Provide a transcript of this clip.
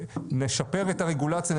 נשפר את הרגולציה,